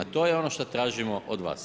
To je ono što tražimo od vas.